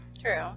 true